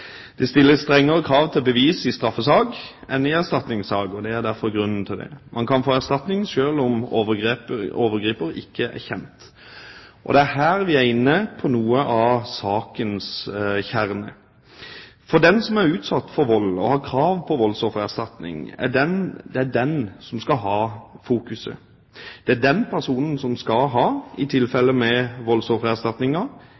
Det stilles strengere krav til bevis i straffesak enn i erstatningssak. Det er grunnen til det. Man kan få erstatning selv om overgriper ikke er kjent. Det er her vi er inne på noe av sakens kjerne. For det er den som er utsatt for vold og har krav på voldsoffererstatning, som skal ha fokuset. Det er den personen som skal ha, i